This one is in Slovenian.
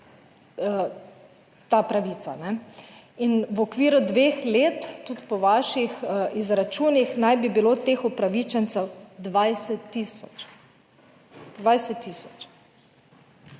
ta pravica. In v okviru dveh let tudi po vaših izračunih naj bi bilo teh upravičencev 20 tisoč. Spoštovani